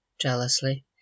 jealously